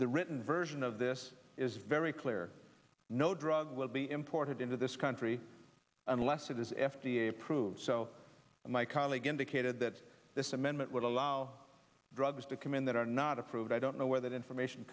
written version of this is very clear no drug will be imported into this country unless it is f d a approved so my colleague indicated that this amendment would allow drugs to come in that are not approved i don't know where that information